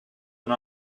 and